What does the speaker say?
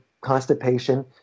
constipation